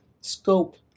scope